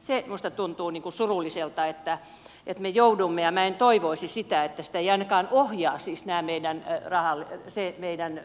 se minusta tuntuu surulliselta ja minä en toivoisi sitä että sitä ainakaan ohjaavat meidän